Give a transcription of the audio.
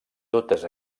totes